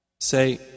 Say